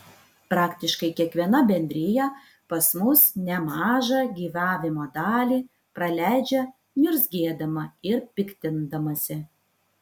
praktiškai kiekviena bendrija pas mus nemažą gyvavimo dalį praleidžia niurzgėdama ir piktindamasi